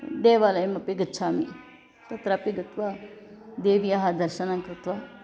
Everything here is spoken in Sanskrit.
देवालयमपि गच्छामि तत्रापि गत्वा देव्याः दर्शनं कृत्वा